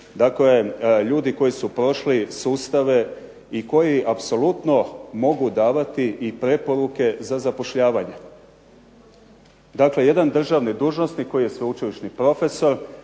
dakle ljudi koji su prošli sustave i koji apsolutno mogu davati i preporuke za zapošljavanje. Dakle, jedan državni dužnosnik koji je sveučilišni profesor